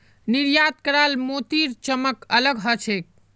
निर्यात कराल मोतीर चमक अलग ह छेक